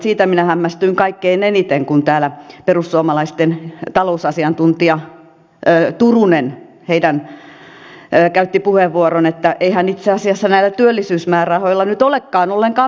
siitä minä hämmästyin kaikkein eniten kun täällä perussuomalaisten talousasiantuntija turunen käytti puheenvuoron että eihän itse asiassa näillä työllisyysmäärärahoilla nyt olekaan ollenkaan merkitystä